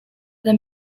then